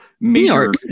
major